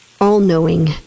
all-knowing